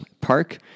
park